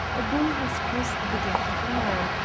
a bull has caused the death of a man.